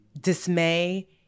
dismay